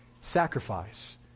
sacrifice